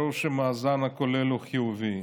ברור שהמאזן הכולל הוא חיובי,